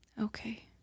Okay